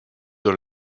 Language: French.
dans